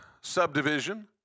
subdivision